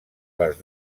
les